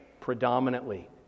predominantly